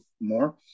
more